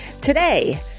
Today